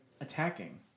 attacking